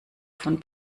von